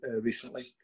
recently